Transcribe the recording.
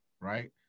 right